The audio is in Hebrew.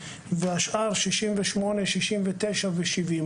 והשר 68%, 69% ו-70%.